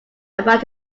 about